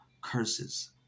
curses